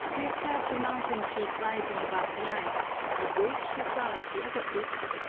we observed a mountain peak rising above the ice, and which, as well as the other peaks,